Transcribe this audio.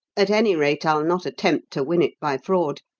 at any rate, i'll not attempt to win it by fraud.